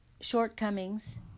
shortcomings